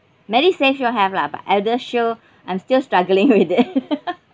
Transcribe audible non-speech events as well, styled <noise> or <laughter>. medisave sure have lah but eldershield I'm still struggling with it <laughs>